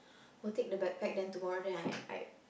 we'll take the backpack then tomorrow I I